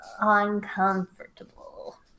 uncomfortable